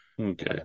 Okay